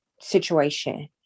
situation